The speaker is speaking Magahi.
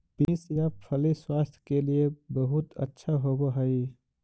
बींस या फली स्वास्थ्य के लिए बहुत अच्छा होवअ हई